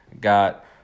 got